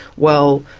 well,